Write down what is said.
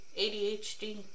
ADHD